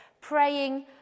praying